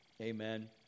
Amen